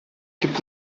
gibt